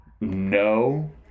No